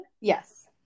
Yes